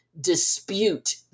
dispute